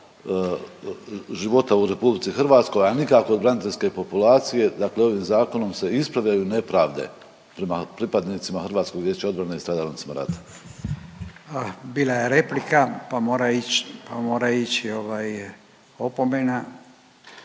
života u RH, a nikako od braniteljske populacije, dakle ovim Zakonom se ispravljaju nepravde prema pripadnicima Hrvatskog vijeća odbrane i stradalnicima rata. **Radin, Furio